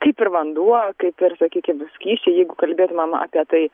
kaip ir vanduo kaip ir sakykim skysčiai jeigu kalbėtumėm apie tai